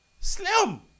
Slim